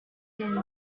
can